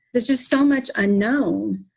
there's just so much unknown.